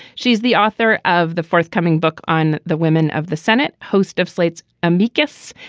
she is the author of the forthcoming book on the women of the senate. host of slate's amicus.